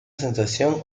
sensación